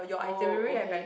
oh okay